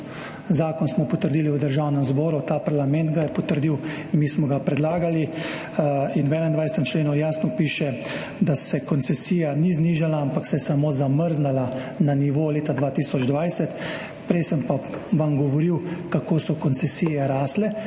koncev potrdili v Državnem zboru, ta parlament ga je potrdil, mi smo ga predlagali. V 21. členu jasno piše, da se koncesija ni znižala, ampak se je samo zamrznila na nivo leta 2020. Prej sem pa vam govoril, kako so koncesije rasle.